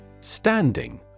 Standing